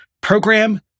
program